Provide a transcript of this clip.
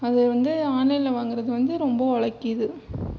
அது வந்து ஆன்லைனில் வாங்குறது வந்து ரொம்ப ஒழைக்கிது